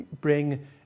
bring